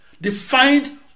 defined